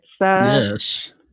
yes